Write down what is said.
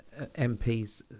MPs